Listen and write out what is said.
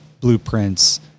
blueprints